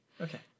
Okay